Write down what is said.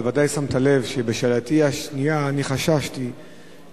אבל ודאי שמת לב שבשאלתי השנייה אני חששתי שהתשובות